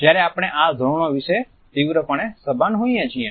ત્યારે આપણે આ ધોરણો વિશે તીવ્રપણે સભાન હોઈએ છીએ